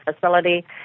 facility